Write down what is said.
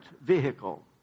vehicle